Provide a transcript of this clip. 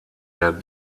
der